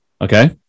okay